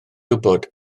wybod